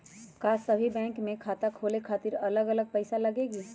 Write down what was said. का सभी बैंक में खाता खोले खातीर अलग अलग पैसा लगेलि?